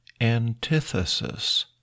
antithesis